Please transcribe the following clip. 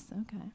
okay